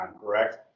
correct